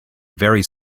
very